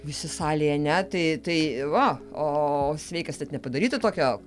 visi salėje net tai tai va ooo sveikas net nepadarytų tokio